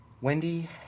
Wendy